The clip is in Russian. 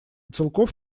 целков